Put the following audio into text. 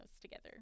together